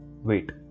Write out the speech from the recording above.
wait